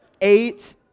Eight